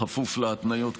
בכפוף להתניות,